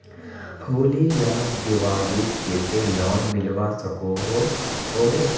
होली या दिवालीर केते लोन मिलवा सकोहो होबे?